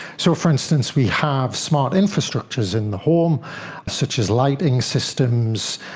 so, for instance, we have smart infrastructures in the home such as lighting systems,